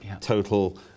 total